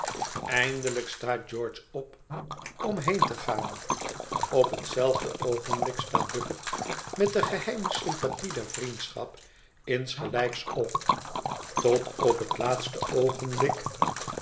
eindelijk staat george op om heen te gaan op hetzelfde oogenblik staat bucket met de geheime sympathie der vriendschap insgelijks op tot op het laatste oogenblik